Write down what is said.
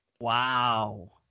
Wow